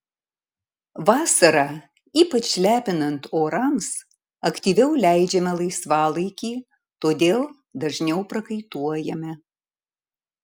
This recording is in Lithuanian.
vasarą ypač lepinant orams aktyviau leidžiame laisvalaikį todėl dažniau prakaituojame